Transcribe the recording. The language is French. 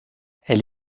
elle